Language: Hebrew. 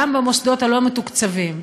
גם במוסדות הלא-מתוקצבים.